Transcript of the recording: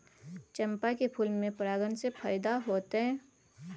चंपा के फूल में परागण से फायदा होतय?